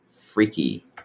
Freaky